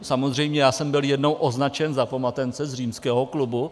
Samozřejmě já jsem byl jednou označen za pomatence z Římského klubu.